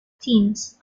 teens